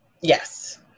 Yes